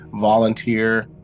volunteer